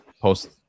post